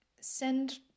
send